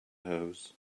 hose